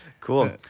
cool